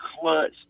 clutch